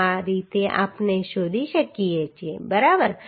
તો આ રીતે આપણે શોધી શકીએ બરાબર